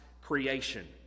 creation